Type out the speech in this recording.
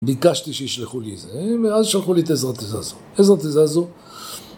ביקשתי שישלחו לי את זה, ואז שלחו לי את עזרת עזרה זו, עזרת עזרה זו